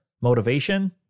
motivation